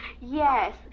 Yes